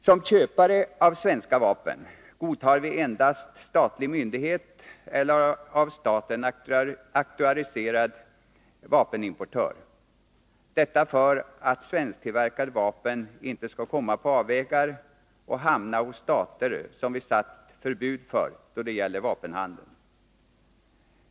Som köpare av svenska vapen godtar vi endast statlig myndighet eller av staten auktoriserad vapenimportör — detta för att svensktillverkade vapen inte skall komma på avvägar och hamna hos stater som vi satt förbud för då det gäller vapenhandeln.